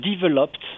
developed